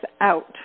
out